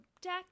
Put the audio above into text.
deck